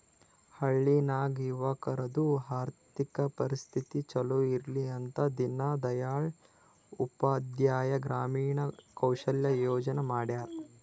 ಹಳ್ಳಿ ನಾಗ್ ಯುವಕರದು ಆರ್ಥಿಕ ಪರಿಸ್ಥಿತಿ ಛಲೋ ಇರ್ಲಿ ಅಂತ ದೀನ್ ದಯಾಳ್ ಉಪಾಧ್ಯಾಯ ಗ್ರಾಮೀಣ ಕೌಶಲ್ಯ ಯೋಜನಾ ಮಾಡ್ಯಾರ್